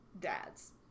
dads